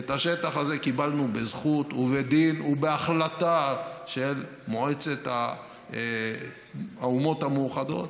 את השטח הזה בזכות ובדין ובהחלטה של מועצת האומות המאוחדות,